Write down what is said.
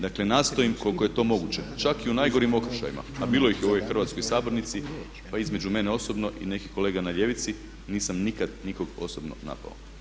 Dakle nastojim koliko je to moguće čak i u najgorim okršajima a bilo ih je u ovoj hrvatskoj sabornici pa između mene osobno i nekih kolega na ljevici, nisam nikad nikog osobno napao.